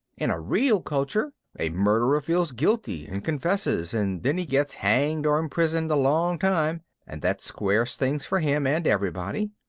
in a real culture a murderer feels guilty and confesses and then he gets hanged or imprisoned a long time and that squares things for him and everybody.